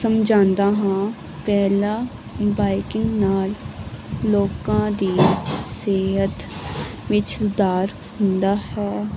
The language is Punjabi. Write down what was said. ਸਮਝਾਂਦਾ ਹਾਂ ਪਹਿਲਾ ਬਾਈਕਿੰਗ ਲੋਕਾਂ ਦੀ ਸਿਹਤ ਵਿੱਚ ਸੁਧਾਰ ਹੁੰਦਾ ਹੈ